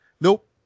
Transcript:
Nope